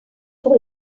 pour